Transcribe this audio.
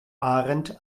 ahrendt